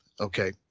Okay